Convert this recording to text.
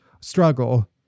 struggle